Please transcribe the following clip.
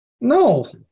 No